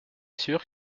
sûr